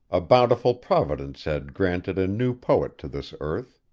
a bountiful providence had granted a new poet to this earth.